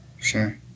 sure